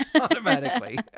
automatically